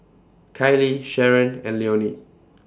Kylee Sharon and Leonie